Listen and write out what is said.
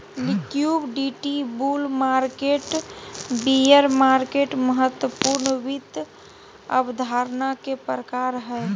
liquidity, bull market, bear market महत्वपूर्ण वित्त अवधारणा के प्रकार हय